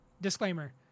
disclaimer